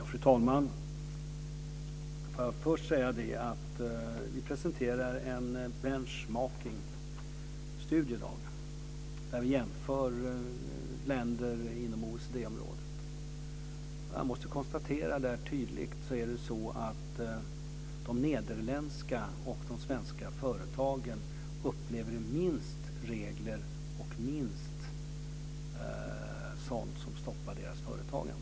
Fru talman! Jag vill först säga att vi i dag presenterar en bench marking-studie där vi jämför länder inom OECD-området. Och jag måste konstatera att de svenska och de nederländska företagen upplever minst regler och minst av sådant som stoppar deras företagande.